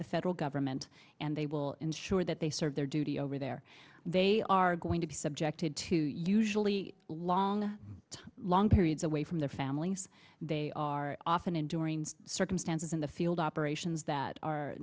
the federal government and they will ensure that they serve their duty over there they are going to be subjected to usually long long periods away from their families they are often enduring circumstances in the field operations that